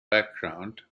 background